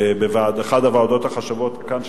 באחת הוועדות החשובות כאן,